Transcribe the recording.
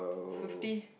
fifty